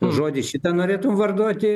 žodį šitą norėtum varduoti